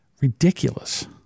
ridiculous